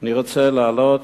אני רוצה לעלות,